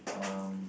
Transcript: um